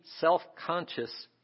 self-conscious